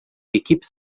equipes